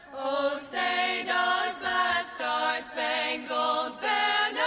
say, does that star-spangled banner